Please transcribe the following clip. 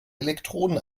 elektroden